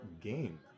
game